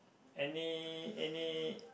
any any